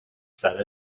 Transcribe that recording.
said